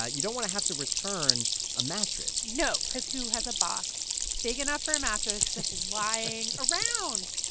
ah you don't want to have to return a mattress no, cause who has a box big enough for a mattress just lying around?